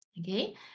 Okay